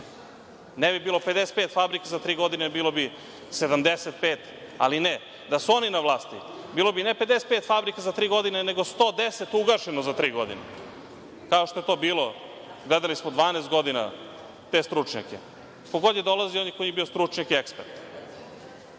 ne bi bilo 55 fabrika za tri godine, bilo bi 75. Ali, ne, da su oni na vlasti bilo bi ne 55 fabrika za tri godine, nego 110 ugašeno za tri godine, kao što je to bilo, gledali smo 12 godina te stručnjake. Ko god je dolazio on je kod njih bio stručnjak i